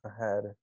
ahead